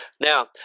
Now